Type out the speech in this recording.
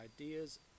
ideas